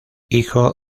hijo